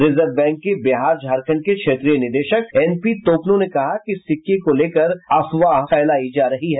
reserve bank के बिहार झारखंड के क्षेत्रीय निदेशक एनपी तोपनो ने कहा कि सिक्के को लेकर अफवाह फैलायी जा रही है